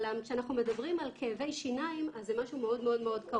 אבל כשאנחנו מדברים על כאבי שיניים אז זה משהו מאוד קרוב,